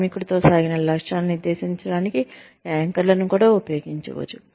కార్మికుడితో సాగిన లక్ష్యాలను నిర్దేశించడానికి యాంకర్లను కూడా ఉపయోగించవచ్చు